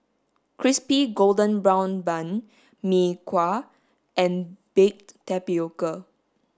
crispy golden brown bun Mee Kuah and baked tapioca